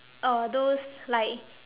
uh those like